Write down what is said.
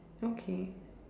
okay